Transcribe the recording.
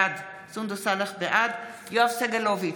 בעד יואב סגלוביץ'